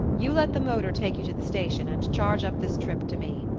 you let the motor take you to the station, and charge up this trip to me.